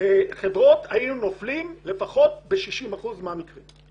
חברות היינו נופלים לפחות ב-60% מהמקרים.